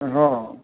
હં